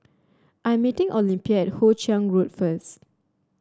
I'm meeting Olympia at Hoe Chiang Road first